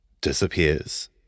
disappears